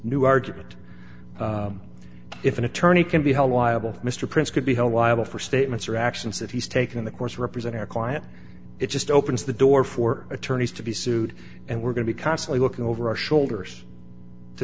new argument if an attorney can be held liable mr prince could be held liable for statements or actions that he's taken in the course of represent our client it just opens the door for attorneys to be sued and we're going to be constantly looking over our shoulders to